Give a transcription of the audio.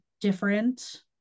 different